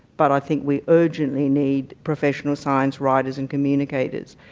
but i think we urgently need professional science writers and communicators.